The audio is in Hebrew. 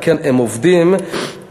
הם עובדים,